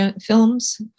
films